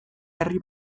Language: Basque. herri